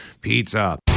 pizza